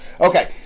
Okay